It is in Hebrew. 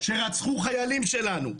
שרצחו חיילים שלנו,